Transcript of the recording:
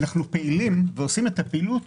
אנחנו פעילים ועושים פעילות